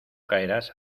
caerás